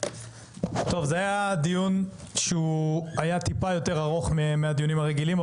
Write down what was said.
זה היה דיון קצת יותר ארוך מהדיונים הרגילים,